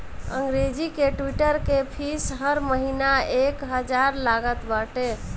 अंग्रेजी के ट्विटर के फ़ीस हर महिना एक हजार लागत बाटे